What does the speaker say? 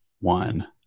one